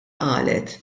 qalet